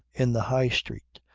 in the high street,